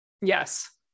Yes